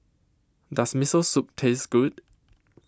Does Miso Soup Taste Good